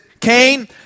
Cain